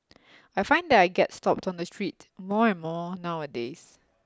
I find that I get stopped on the street more and more nowadays